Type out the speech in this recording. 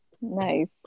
Nice